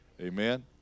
Amen